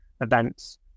events